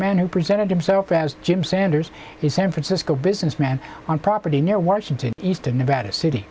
man who presented himself as jim sanders is san francisco businessman on property near washington easton nevada city